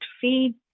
feed